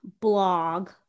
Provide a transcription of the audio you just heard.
blog